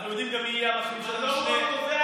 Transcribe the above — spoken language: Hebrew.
אנחנו יודעים גם מי יהיה המחליף של המשנה, קובע,